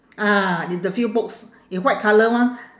ah it's the few books in white colour one